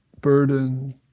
burden